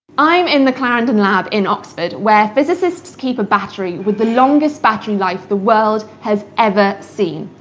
i'm in the clarendon lab in oxford, where physicists keep a battery with the longest battery life the world has ever seen.